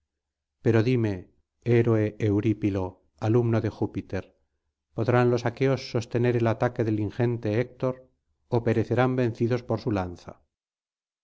pero dime héroe eurípilo alumno de júpiter podrán los aqueos sostener el ataque del ingente héctor ó perecerán vencidos por su lanza